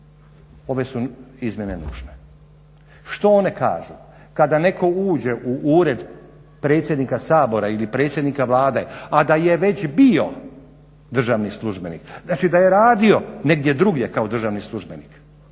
Ove su izmjene nužne. Što one kažu? Kada netko uđe u Ured predsjednika Sabora ili predsjednika Vlade, a da je već bio državni službenik znači da je radio negdje drugdje kao državni službenik,